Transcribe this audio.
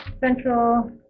Central